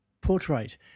portrait